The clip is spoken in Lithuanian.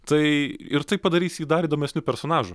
tai ir tai padarys jį dar įdomesniu personažu